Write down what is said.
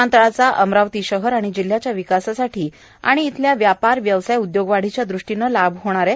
विमानतळाचा अमरावती शहर आणि जिल्ह्याच्या विकासासाठी आणि येथील व्यापार व्यवसाय उदयोगवाढीच्या दृष्टीने लाभ होणार आहे